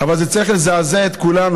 אבל זה צריך לזעזע את כולנו,